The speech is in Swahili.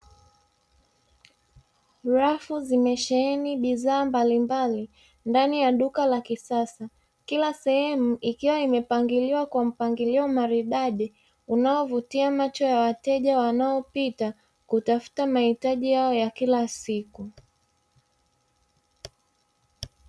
Rafu zimesheheni bidhaa mbalimbali ndani ya duka la kisasa, kila sehemu ikiwa imepangiliwa kwa mpangilio maridadi unaovutia macho ya wateja wanaopita kutafuta mahitaji yao ya kila siku.